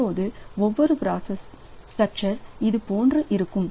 இப்போது ஒவ்வொரு process structure இது போன்றே இருக்கும்